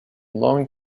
long